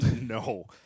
No